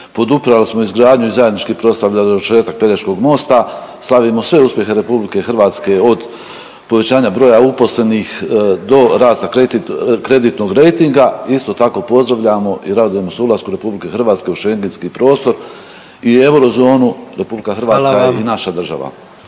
podupirali smo izgradnju i zajednički proslavljali završetak Pelješkog mosta, slavimo sve uspjehe RH od povećanja broja uposlenih do rasta kreditnog rejtinga. Isto tako pozdravljamo i radujemo se ulasku RH u Schengenski prostor i eurozonu …/Upadica: Hvala vam./… RH je i naša država.